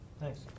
Thanks